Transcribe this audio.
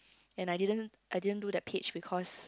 and I didn't I didn't do that page because